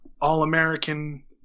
all-American